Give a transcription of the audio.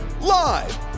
Live